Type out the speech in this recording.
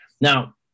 Now